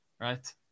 Right